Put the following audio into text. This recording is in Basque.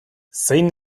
zein